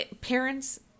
parents